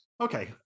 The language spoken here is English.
Okay